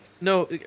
No